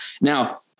Now